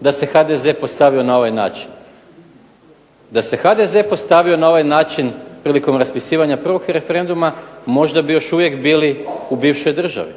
da se HDZ postavio na ovaj način, da se HDZ postavio na ovaj način prilikom raspisivanja prvog referenduma možda bi još uvijek bili u bivšoj državi.